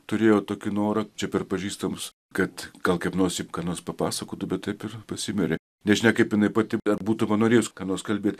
turėjau tokį norą čia per pažįstamus kad gal kaip nors ji ką nors papasakotų bet taip ir pasimirė nežinia kaip jinai pati būtų panorėjus ką nors kalbėti